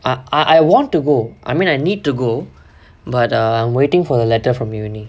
I I want to go I mean I need to go but I'm waiting for the letter from university